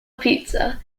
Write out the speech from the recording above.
pizza